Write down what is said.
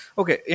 okay